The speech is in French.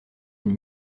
une